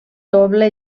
doble